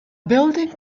building